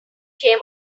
came